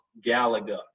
Galaga